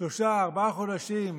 שלושה-ארבעה חודשים,